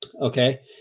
Okay